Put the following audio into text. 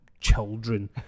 children